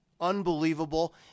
unbelievable